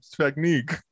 technique